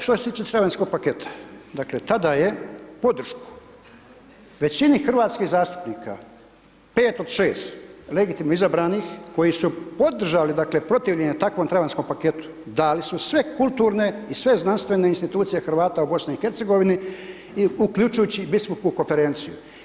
Što se tiče tramvajskog paketa, dakle, tada je podršku većini hrvatskih zastupnika 5 od 6 legitimno izabranih koji su podržali protivljenje takvog travanjskom paketu, dali su sve kulturne i sve znanstvene institucija Hrvata u BIH, i uključujući biskupsku konferenciju.